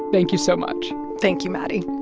thank you so much thank you, maddie